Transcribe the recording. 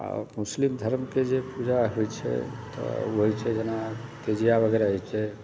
आ मुस्लिम धर्मकेँ जे पूजा होइत छै तऽ ओ होइत छै जेना तजिया वगैरह होइत छै